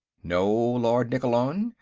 no, lord nikkolon.